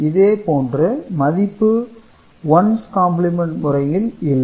இதேபோன்று மதிப்பு ones complement முறையில் இல்லை